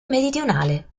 meridionale